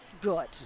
good